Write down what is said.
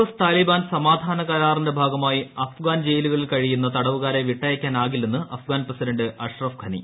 S Taliban സമാധാന കരാറിന്റെ ഭാഗമായി അഫ്ഗാൻ ജയിലുകളിൽ കഴിയുന്ന തടവുകാരെ വിട്ടയ്ക്കാനാകില്ലെന്ന് അഫ്ഗാൻ പ്രസിഡന്റ് അഷറഫ് ഘനി